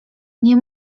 nie